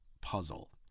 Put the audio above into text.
puzzle